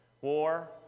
War